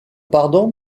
pardon